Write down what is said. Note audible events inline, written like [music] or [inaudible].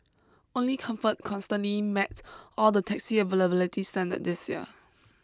only comfort consistently met all the taxi [unintelligible] standards this year